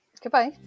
Goodbye